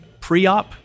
PREOP